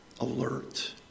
alert